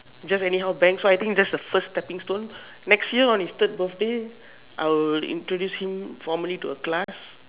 just anyhow bang so I think that's the first stepping stone next year on his third birthday I will introduce him formally to a class